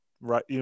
Right